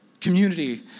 community